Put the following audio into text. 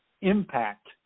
impact